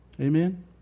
Amen